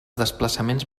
desplaçaments